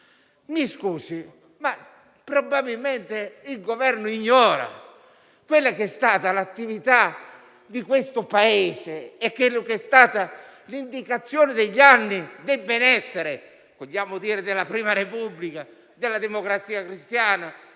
Scusate, ma probabilmente il Governo ignora l'attività di questo Paese e quella che è stata l'indicazione negli anni del benessere - per così dire - della prima Repubblica, della Democrazia Cristiana,